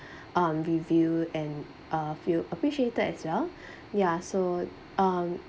um review and uh feel appreciated as well ya so um